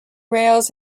rails